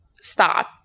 stop